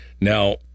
Now